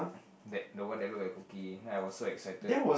that no one that look like cookie then I was so excited